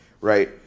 right